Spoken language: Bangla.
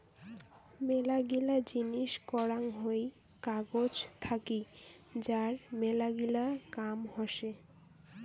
মেলাগিলা জিনিস করাং হই কাগজ থাকি যার মেলাগিলা কাম হসে